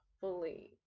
fully